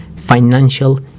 Financial